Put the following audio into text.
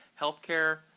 healthcare